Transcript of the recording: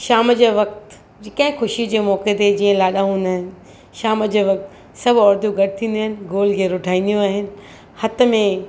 शाम जे वक़्ति कंहिं ख़ुशी जे मौक़े ते जीअं लाॾा हूंदा आहिनि शाम जे वक़्ति सभ औरतूं गॾु थींदी आहिनि गोल घेरो ठाहींदियूं आहिनि हथु में